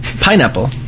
Pineapple